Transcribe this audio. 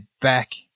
back